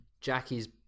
Jackie's